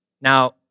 Now